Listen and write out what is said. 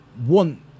want